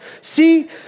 See